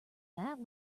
that